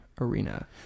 arena